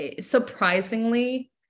surprisingly